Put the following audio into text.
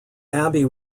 abbey